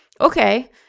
okay